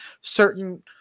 certain